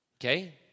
Okay